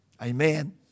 Amen